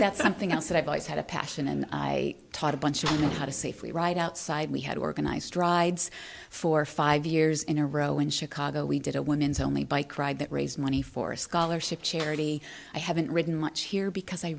that's something else that i've always had a passion and i taught a bunch how to safely right outside we had organized rides for five years in a row in chicago we did a women's only bike ride that raise money for a scholarship charity i haven't ridden much here because i